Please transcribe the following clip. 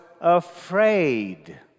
afraid